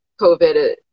COVID